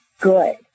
good